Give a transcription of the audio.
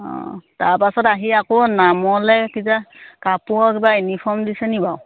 অঁ তাৰ পাছত আহি আকৌ নামলৈ কাপোৰৰ কিবা ইউনিফৰ্ম দিছে নেকি বাৰু